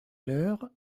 l’heure